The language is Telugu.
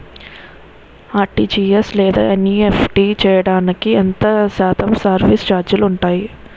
ఆర్.టి.జి.ఎస్ లేదా ఎన్.ఈ.ఎఫ్.టి చేయడానికి ఎంత శాతం సర్విస్ ఛార్జీలు ఉంటాయి?